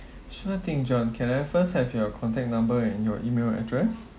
sure thing john can I first have your contact number and your email address